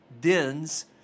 dens